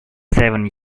seven